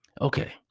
Okay